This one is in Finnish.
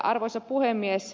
arvoisa puhemies